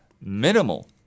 minimal